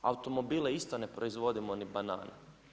Automobile isto ne proizvodimo ni banane.